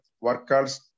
workers